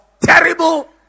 terrible